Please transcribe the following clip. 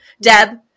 Deb